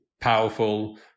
powerful